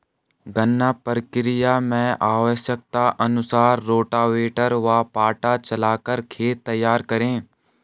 गन्ना प्रक्रिया मैं आवश्यकता अनुसार रोटावेटर व पाटा चलाकर खेत तैयार करें